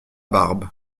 barbe